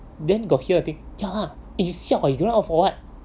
then got hear the thing ya lah you siao ah you going out for what